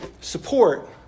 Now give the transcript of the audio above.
support